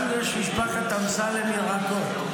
לנו יש משפחת אמסלם ירקות.